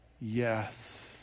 yes